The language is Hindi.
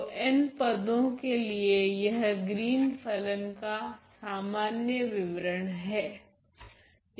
तो n पदो के लिए यह ग्रीन फलन का सामान्य विवरण हैं